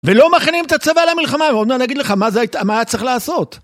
ולא מכינים את הצבא למלחמה, הוא אומר אני אגיד לך מה היה צריך לעשות